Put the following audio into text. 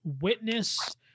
witness